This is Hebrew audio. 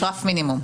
יש רף מינימום.